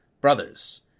Brothers